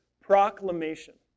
proclamation